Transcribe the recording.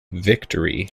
victory